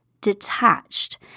detached